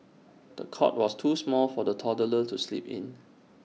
the cot was too small for the toddler to sleep in